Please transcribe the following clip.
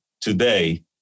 today